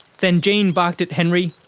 then jean barked at henry,